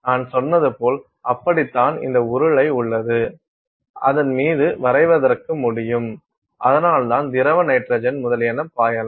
நான் சொன்னது போல் அப்படித்தான் இந்த உருளை உள்ளது அதன்மீது வரைவதற்கு முடியும் அதனால்தான் திரவ நைட்ரஜன் முதலியன பாயலாம்